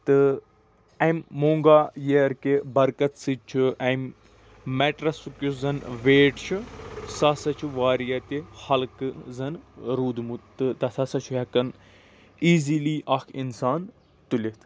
تہٕ امہِ مونٛگا ییر کہِ برکت سۭتۍ چھُ امہِ میٹرَسُک یُس زَن ویٹ چھُ سُہ ہسا چھُ واریاہ تہِ حلقہٕ یہِ زَن روٗدمُت تہٕ تَتھ ہسا چھُ ہٮ۪کان ایٖزِلی اَکھ اِنسان تُلِتھ